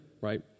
Right